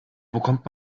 bekommt